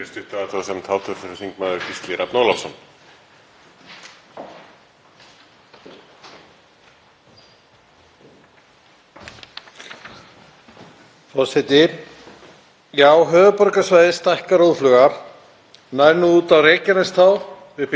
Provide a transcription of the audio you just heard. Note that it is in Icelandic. Forseti. Höfuðborgarsvæðið stækkar óðfluga, nær út á Reykjanesskaga, upp í Borgarfjörð og yfir í Árnessýslu. Ungt fólk flýr hátt íbúðaverð í Reykjavík á sama tíma og það sækir í rólegra umhverfi.